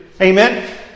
Amen